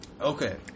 Okay